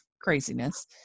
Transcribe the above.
craziness